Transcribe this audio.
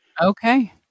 Okay